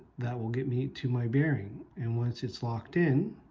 that will get me to my bearing and once it's locked in